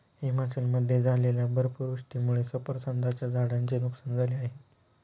हिमाचलमध्ये झालेल्या बर्फवृष्टीमुळे सफरचंदाच्या झाडांचे नुकसान झाले आहे